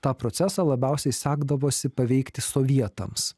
tą procesą labiausiai sekdavosi paveikti sovietams